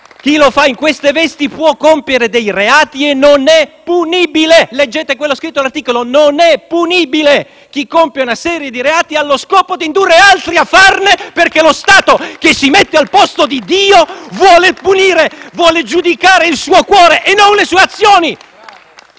Chi lo fa in queste vesti può compiere reati e non è punibile. Leggete l'articolo: non è punibile chi compie una serie di reati allo scopo di indurre altri a farne perché lo Stato, che si mette al posto di Dio, vuole punire, vuole giudicare il suo cuore, e non le sue azioni!